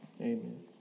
Amen